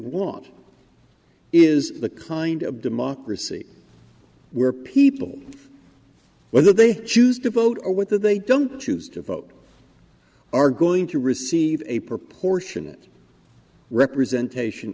want is the kind of democracy where people whether they choose to vote or whether they don't choose to vote are going to receive a proportionate representation